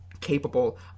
capable